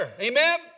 Amen